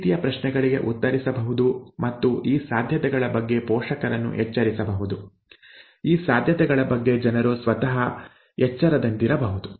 ಈ ರೀತಿಯ ಪ್ರಶ್ನೆಗಳಿಗೆ ಉತ್ತರಿಸಬಹುದು ಮತ್ತು ಈ ಸಾಧ್ಯತೆಗಳ ಬಗ್ಗೆ ಪೋಷಕರನ್ನು ಎಚ್ಚರಿಸಬಹುದು ಈ ಸಾಧ್ಯತೆಗಳ ಬಗ್ಗೆ ಜನರು ಸ್ವತಃ ಎಚ್ಚರದಿಂದಿರಬಹುದು